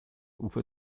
ufer